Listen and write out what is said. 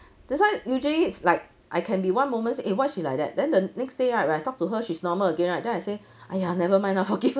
that's why usually it's like I can be one moment say eh why she like that then the next day right when I talk to her she's normal again right then I say !aiya! never mind lah forgive her